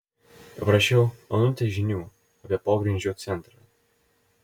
paprašiau onutės žinių apie pogrindžio centrą